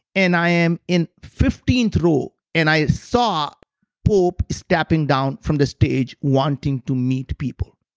and i am in fifteenth row. and i saw pope stepping down from the stage wanting to meet people.